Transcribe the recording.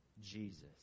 Jesus